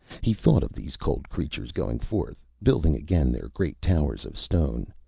he thought of these cold creatures going forth, building again their great towers of stone,